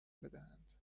بدهند